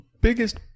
biggest